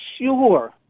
sure